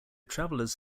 travellers